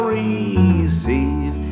receive